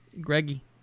Greggy